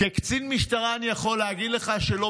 כקצין משטרה אני יכול להגיד לך שלא